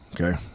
okay